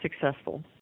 successful